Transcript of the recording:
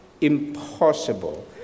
impossible